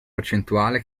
percentuale